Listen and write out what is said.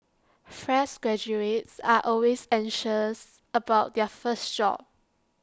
fresh graduates are always anxious about their first job